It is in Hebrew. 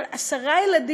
אבל עשרה ילדים,